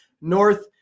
North